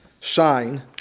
Shine